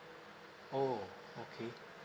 oh okay